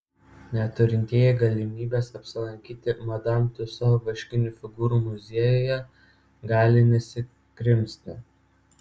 neturintieji galimybės apsilankyti madam tiuso vaškinių figūrų muziejuje gali nesikrimsti